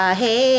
hey